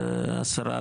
השרה,